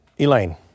Elaine